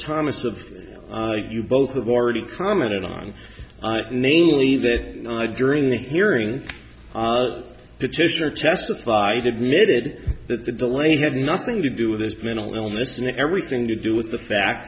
thomas of you both have already commented on namely that i during the hearing petitioner testified admitted that the delay had nothing to do with his mental illness and everything to do with the fact